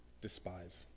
despise